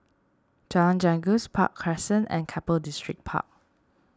Jalan Janggus Park Crescent and Keppel Distripark